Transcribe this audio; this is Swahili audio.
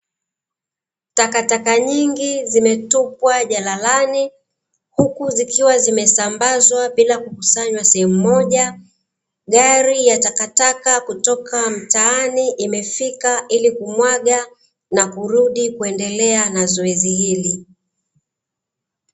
Takataka nyingi zimetupwa jalalani huku zikiwa zimesambazwa bila kukusanywa sehemu moja, gari ya takataka kutoka mtaani imefika ili kumwaga na kurudi kuendelea na zoezi hili.